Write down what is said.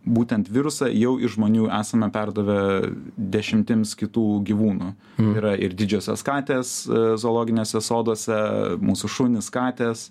būtent virusą jau iš žmonių esame perdavę dešimtims kitų gyvūnų yra ir didžiosios katės zoologiniuose soduose mūsų šunys katės